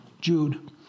Jude